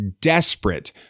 desperate